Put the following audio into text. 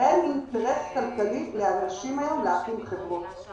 אין אינטרס כלכלי לאנשים היום להקים חברות.